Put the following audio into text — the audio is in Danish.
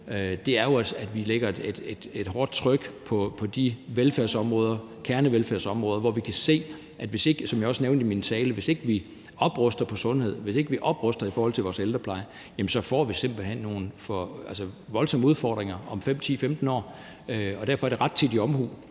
Det er jo, at vi lægger et hårdt tryk på de velfærdsområder, kernevelfærdsområder, hvor vi kan se, som jeg også nævnte i min tale, at hvis ikke vi opruster i forhold til sundhed, hvis ikke vi opruster i forhold til vores ældrepleje, så får vi simpelt hen nogle voldsomme udfordringer om 5, 10, 15 år, og derfor er det rettidig omhu